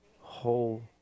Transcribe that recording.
whole